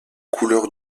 couleur